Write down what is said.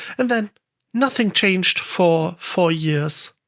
and then nothing changed for four years.